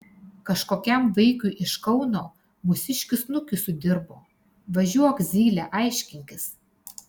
kažkokiam vaikiui iš kauno mūsiškis snukį sudirbo važiuok zyle aiškinkis